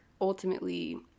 ultimately